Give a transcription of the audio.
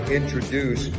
introduce